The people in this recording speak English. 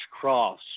Cross